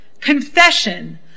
Confession